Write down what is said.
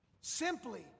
Simply